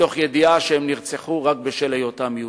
מתוך ידיעה שהם נרצחו רק בשל היותם יהודים.